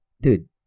dude